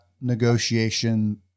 negotiation